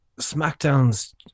SmackDown's